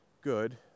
good